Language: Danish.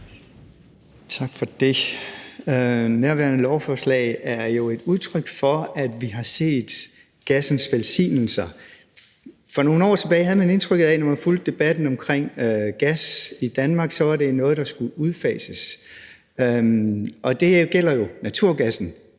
Tak for det. Nærværende lovforslag er jo et udtryk for, at vi har set gassens velsignelser. For nogle år tilbage havde man indtrykket af, når man fulgte debatten om gas i Danmark, at det var noget, der skulle udfases. Og det gælder jo naturgassen.